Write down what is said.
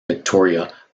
victoria